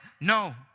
No